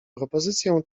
propozycję